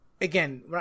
again